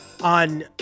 on